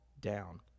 down